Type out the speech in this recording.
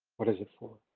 what is it for?